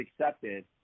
accepted